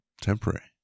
temporary